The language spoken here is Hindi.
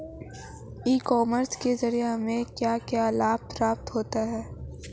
ई कॉमर्स के ज़रिए हमें क्या क्या लाभ प्राप्त होता है?